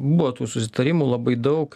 buvo tų susitarimų labai daug